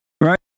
right